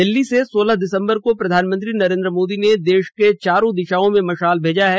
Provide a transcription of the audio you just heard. दिल्ली से सोलह दिसंबर को प्रधानमंत्री नरेंद्र मोदी ने देश के चारो दिशाओ में मशाल भेजा है